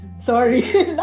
Sorry